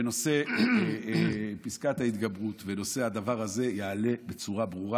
ונושא פסקת ההתגברות ונושא הדבר הזה יעלה בצורה ברורה.